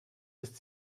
ist